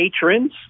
patrons